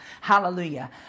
hallelujah